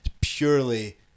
purely